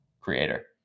creator